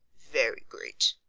very great.